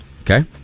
Okay